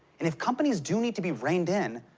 and if companies do need to be reined in,